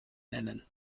nennen